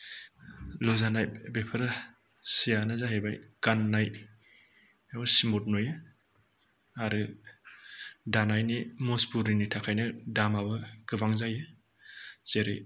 लुजानाय बेफोरो सियानो जाहैबाय गान्नाय एबा सिमुथ नुयो आरो दानायनि मजबुरिनि थाखायनो दामाबो गोबां जायो जेरै